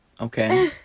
Okay